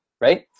right